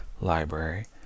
library